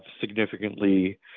significantly